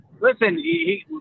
Listen